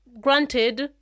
granted